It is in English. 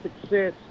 success